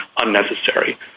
unnecessary